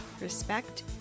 respect